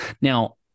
Now